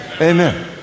Amen